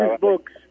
books